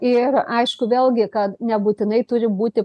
ir aišku vėlgi kad nebūtinai turi būti